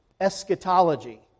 eschatology